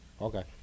Okay